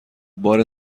بار